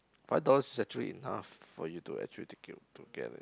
five dollars is actually enough for you to actually take it together